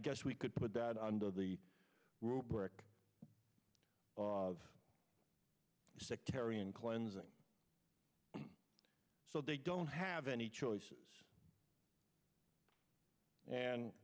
guess we could put that under the rubric of sectarian cleansing so they don't have any choices and